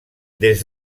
des